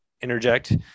interject